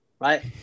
right